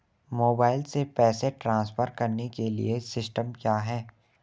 Mobile से पैसे transfer करने के लिए सिस्टम क्या है?